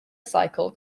cycle